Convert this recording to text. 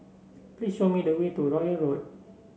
please show me the way to Royal Road